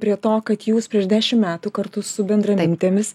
prie to kad jūs prieš dešimt metų kartu su bendramintėmis